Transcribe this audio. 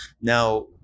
Now